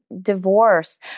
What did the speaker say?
divorce